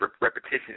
repetition